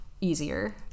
easier